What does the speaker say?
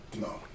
No